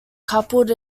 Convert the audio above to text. coupled